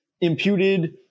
imputed